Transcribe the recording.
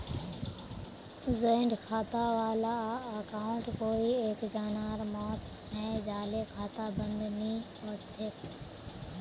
joint खाता वाला अकाउंटत कोई एक जनार मौत हैं जाले खाता बंद नी हछेक